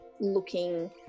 looking